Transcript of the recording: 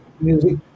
music